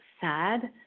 sad